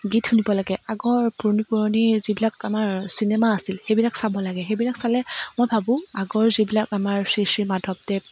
গীত শুনিব লাগে আগৰ পুৰণি পুৰণি যিবিলাক আমাৰ চিনেমা আছিল সেইবিলাক চাব লাগে সেইবিলাক চালে মই ভাবোঁ আগৰ যিবিলাক আমাৰ শ্ৰী শ্ৰী মাধৱদেৱ